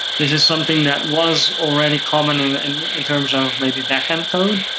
this is something that was already common and in terms of maybe backend code,